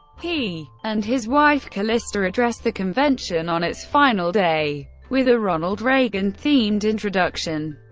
he and his wife calista addressed the convention on its final day with a ronald reagan-themed introduction.